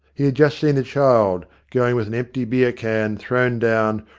he had just seen a child, going with an empty beer can, thrown down,